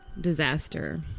disaster